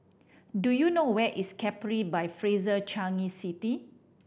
do you know where is Capri by Fraser Changi City